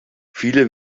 viele